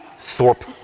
Thorpe